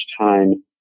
time